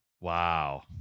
Wow